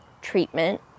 treatment